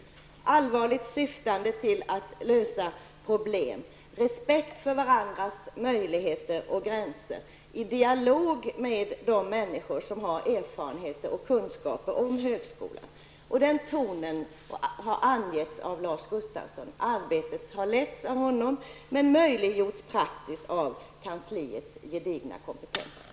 Arbetet har varit allvarligt syftande till att lösa problem, man har visat respekt för varandras möjligheter och gränser i dialog med de människor som har erfarenheter och kunskaper om högskolan. Lars Gustafsson har angett tonen och lett arbetet som möjliggjorts praktiskt av kansliets gedigna kompetens.